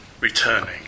returning